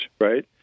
right